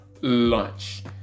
lunch